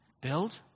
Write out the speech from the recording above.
Build